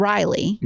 Riley